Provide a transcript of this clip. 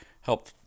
help